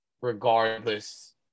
regardless